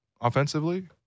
offensively